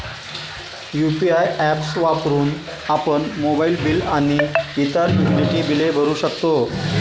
UPI apps वापरून आपण mobile bill आणि इतर युटिलिटी बिले भरू शकतो